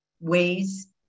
ways